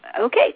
Okay